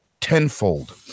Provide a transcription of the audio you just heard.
tenfold